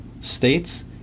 states